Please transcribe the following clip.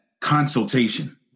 consultation